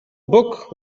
book